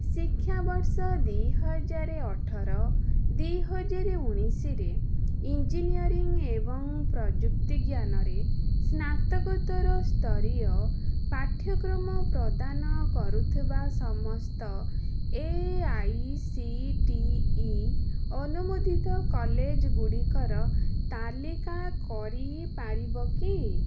ଶିକ୍ଷାବର୍ଷ ଦୁଇ ହଜାର ଅଠର ଦୁଇହଜାର ଉଣେଇଶିରେ ଇଞ୍ଜିନିୟରିଂ ଏବଂ ପ୍ରଯୁକ୍ତିଜ୍ଞାନରେ ସ୍ନାତକୋତ୍ତର ସ୍ତରୀୟ ପାଠ୍ୟକ୍ରମ ପ୍ରଦାନ କରୁଥିବା ସମସ୍ତ A I C T E ଅନୁମୋଦିତ କଲେଜଗୁଡ଼ିକର ତାଲିକା କରିପାରିବ କି